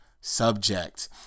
subject